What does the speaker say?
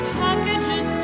packages